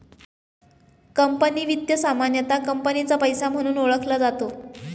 company वित्त सामान्यतः कंपनीचा पैसा म्हणून ओळखला जातो